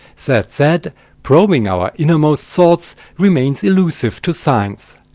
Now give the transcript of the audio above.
said said probing our innermost thoughts remains elusive to science.